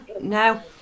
no